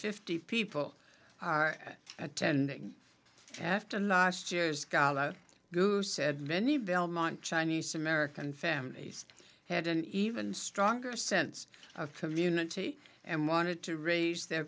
fifty people are attending after last year's gala who said many belmont chinese american families had an even stronger sense of community and wanted to raise their